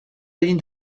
egin